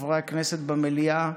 חברי הכנסת במליאה,